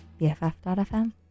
BFF.FM